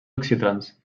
oxidants